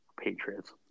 Patriots